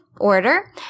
order